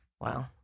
Wow